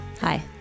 Hi